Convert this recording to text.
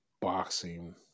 boxing